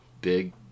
big